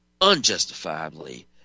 unjustifiably